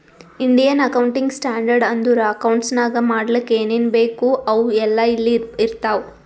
Indian accounting standard ಅಂದುರ್ accounts ನಾಗ್ ಮಾಡ್ಲಕ್ ಏನೇನ್ ಬೇಕು ಅವು ಎಲ್ಲಾ ಇಲ್ಲಿ ಇರ್ತಾವ